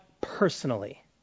personally